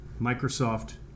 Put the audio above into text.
Microsoft